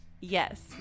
Yes